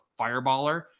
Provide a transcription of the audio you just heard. fireballer